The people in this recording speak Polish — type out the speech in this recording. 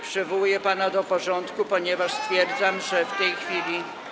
Przywołuję pana do porządku, ponieważ stwierdzam, że w tej chwili.